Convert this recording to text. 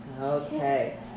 okay